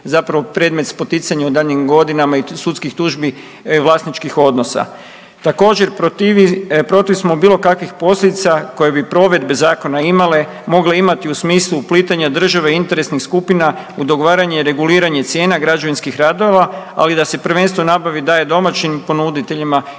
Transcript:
zapravo predmet spoticanja u daljnjim godinama i sudskih tužbi vlasničkih odnosa. Također protiv smo bilo kakvih posljedica koje bi provedbe zakona imale, mogle imati u smislu uplitanja države i interesnih skupina u dogovaranje i reguliranje cijene građevinskih radova, ali da se prvenstveno nabavi i dalje domaćim ponuditeljima jer